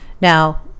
Now